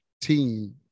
team